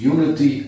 Unity